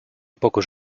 pocos